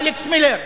אלכס מילר,